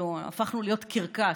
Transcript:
הפכנו להיות קרקס.